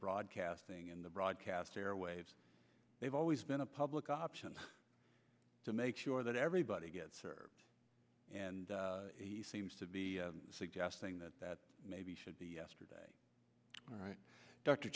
broadcasting and the broadcast airwaves they've always been a public option to make sure that everybody gets served and he seems to be suggesting that that maybe should be yesterday all right dr